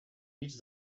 nits